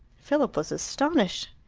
philip was astonished.